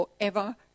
forever